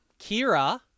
Kira